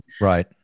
Right